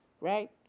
Right